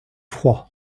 froid